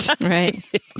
Right